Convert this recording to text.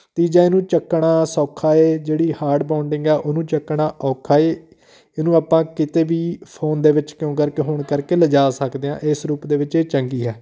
ਤੀਜਾ ਇਹਨੂੰ ਚੱਕਣਾ ਸੌਖਾ ਏ ਜਿਹੜੀ ਹਾਰਡ ਬਾਉਂਡਿੰਗ ਆ ਉਹਨੂੰ ਚੱਕਣਾ ਔਖਾ ਏ ਇਹਨੂੰ ਆਪਾਂ ਕਿਤੇ ਵੀ ਫੋਨ ਦੇ ਵਿੱਚ ਕਿਉਂ ਕਰਕੇ ਹੋਣ ਕਰਕੇ ਲਿਜਾ ਸਕਦੇ ਹਾਂ ਇਸ ਰੂਪ ਦੇ ਵਿੱਚ ਇਹ ਚੰਗੀ ਹੈ